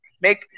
make